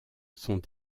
sont